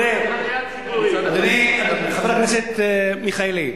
חבר הכנסת מיכאלי.